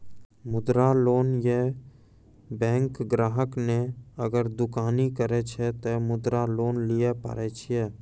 मुद्रा लोन ये बैंक ग्राहक ने अगर दुकानी करे छै ते मुद्रा लोन लिए पारे छेयै?